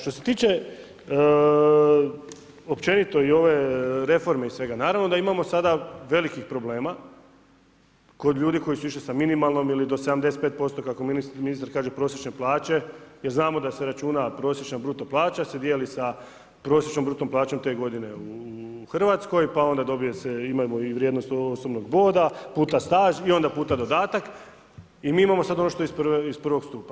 Što se tiče općenito i ove reforme i svega, naravno da imamo sada velikih problema kod ljudi koji su išli sa minimalnom ili do 75% kako ministar kaže prosječne plaće, jer znamo da se računa prosječna bruto plaća se dijeli sa prosječnom bruto plaćom te godine u Hrvatskoj pa onda dobije se, imamo i vrijednost osobnog boda puta staž i onda puta dodatak i mi imamo sad ono što je iz I. stupa.